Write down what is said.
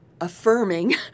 affirming